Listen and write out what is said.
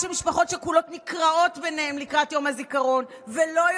אז אמסלם מקבל פרס והולך להיות שר במקום שבו הסמכויות רבות ומגוונות,